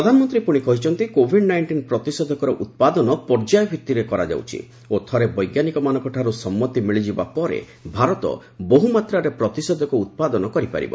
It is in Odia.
ପ୍ରଧାନମନ୍ତ୍ରୀ ପୁଣି କହିଛନ୍ତି କୋଭିଡ୍ ନାଇଷ୍ଟିନ୍ ପ୍ରତିଷେଧକର ଉତ୍ପାଦନ ପର୍ଯ୍ୟାୟ ଭିତ୍ତିରେ କରାଯାଉଛି ଓ ଥରେ ବୈଜ୍ଞାନିକମାନଙ୍କଠାରୁ ସମ୍ମତି ମିଳିଯିବା ପରେ ଭାରତ ବହୁମାତ୍ରାରେ ପ୍ରତିଷେଧକ ଉତ୍ପାଦନ କରିପାରିବ